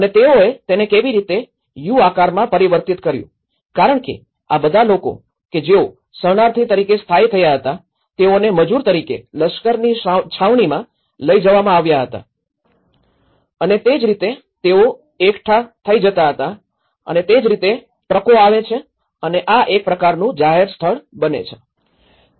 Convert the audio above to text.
અને તેઓએ તેને કેવી રીતે યુ આકારમાં પરિવર્તિત કર્યું કારણ કે આ બધા લોકો કે જેઓ શરણાર્થી તરીકે સ્થાયી થયા હતા તેઓને મજૂર તરીકે લશ્કરની છાવણીમાં લઈ જવામાં આવ્યા હતા અને તે જ રીતે તેઓ એકઠા થઈ જતા હતા અને તે જ રીતે ટ્રકો આવે છે અને આ એક પ્રકારનું જાહેર સ્થળ બને છે